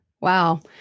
Wow